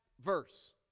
verse